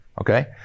Okay